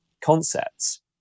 concepts